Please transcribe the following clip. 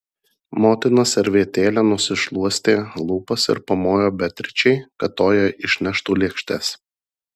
motina servetėle nusišluostė lūpas ir pamojo beatričei kad toji išneštų lėkštes